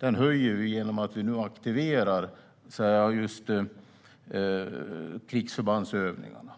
Den höjer vi genom att vi nu aktiverar krigsförbandsövningarna.